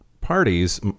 parties